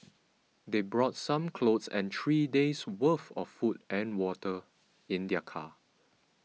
they brought some clothes and three days worth of food and water in their car